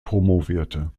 promovierte